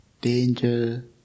danger